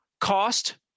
cost